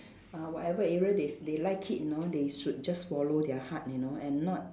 uh whatever area they they like it you know they should just follow their heart you know and not